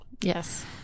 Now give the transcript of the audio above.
Yes